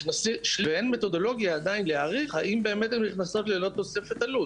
אבל אין עדיין מתודולוגיה להעריך האם באמת הן נכנסות ללא תוספת עלות,